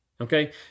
okay